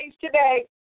today